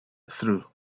through